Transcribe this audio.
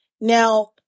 Now